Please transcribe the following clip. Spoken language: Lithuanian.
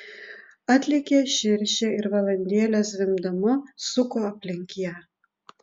atlėkė širšė ir valandėlę zvimbdama suko aplink ją